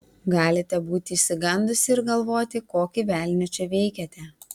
galite būti išsigandusi ir galvoti kokį velnią čia veikiate